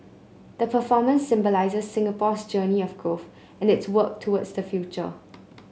the performance symbolises Singapore's journey of growth and its work towards the future